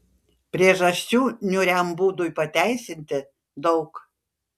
priežasčių niūriam būdui pateisinti daug